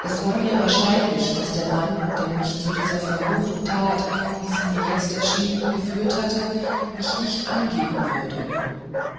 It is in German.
es war mir wahrscheinlich daß der mann der mich zu dieser verruchten tat wie sie mir jetzt erschien geführt hatte mich nicht angeben würde